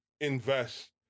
invest